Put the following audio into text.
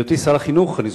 אני זוכר,